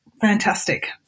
fantastic